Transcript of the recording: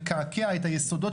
את ההסבר.